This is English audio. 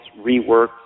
reworked